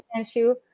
issue